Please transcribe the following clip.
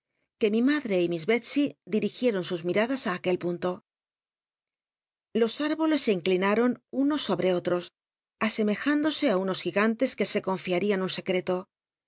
que mi madre y mi s betsey dirigicton sus mi rada i aquel punto los átboles se inclinaron unos so bte ottos asemejlindose á unos gigantes que se confiatian un secreto